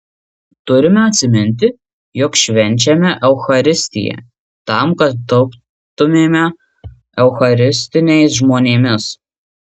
turime atsiminti jog švenčiame eucharistiją tam kad taptumėme eucharistiniais žmonėmis